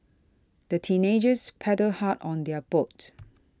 the teenagers paddled hard on their boat